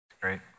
Great